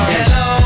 Hello